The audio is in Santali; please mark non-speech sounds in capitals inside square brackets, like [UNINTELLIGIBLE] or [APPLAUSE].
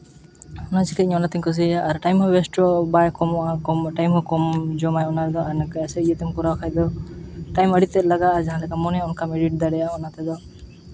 ᱚᱱᱟ ᱪᱤᱠᱟᱹ ᱚᱱᱟᱛᱮᱧ ᱠᱩᱥᱤᱭᱟᱜᱼᱟ ᱟᱨ ᱴᱟᱭᱤᱢ ᱦᱚᱸ ᱳᱭᱮᱥᱴᱚᱜᱼᱟ ᱵᱟᱭ ᱠᱚᱢᱚᱜᱼᱟ ᱴᱟᱭᱤᱢ ᱦᱚᱸ ᱠᱚᱢ ᱡᱚᱢᱟᱭ ᱚᱱᱟ ᱨᱮᱫᱚ [UNINTELLIGIBLE] ᱠᱚᱨᱟᱣ ᱠᱷᱟᱡ ᱫᱚ ᱴᱟᱹᱭᱤᱢ ᱟᱹᱰᱤ ᱛᱮᱫ ᱞᱟᱜᱟᱜᱼᱟ ᱡᱟᱦᱟᱸ ᱞᱮᱠᱟᱢ ᱢᱚᱱᱮᱭᱟ ᱚᱱᱠᱟ ᱦᱩᱭ ᱫᱟᱲᱮᱭᱟᱜᱼᱟ ᱚᱱᱟ ᱛᱮᱫᱚ